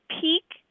peak